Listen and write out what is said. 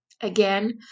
Again